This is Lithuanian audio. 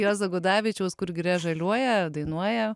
juozo gudavičiaus kur giria žaliuoja dainuoja